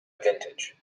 vintage